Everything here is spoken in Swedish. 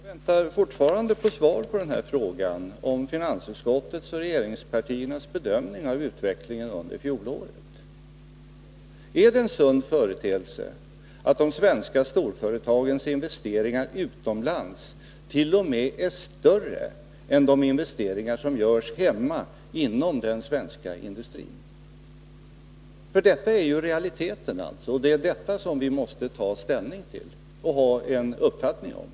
Herr talman! Jag väntar fortfarande på svar på frågan om finansutskottets och regeringspartiernas bedömning av den här utvecklingen under fjolåret. Är det en sund företeelse, att de svenska storföretagens investeringar utomlands t.o.m. är större än de investeringar som görs hemma, inom den svenska industrin? Detta är ju realiteter, och det är detta vi måste ta ställning till och ha en uppfattning om.